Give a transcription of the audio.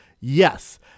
Yes